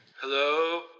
Hello